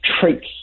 traits